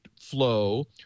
flow